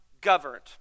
governed